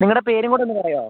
നിങ്ങളുടെ പേരും കൂടെയൊന്ന് പറയുമോ